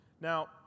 Now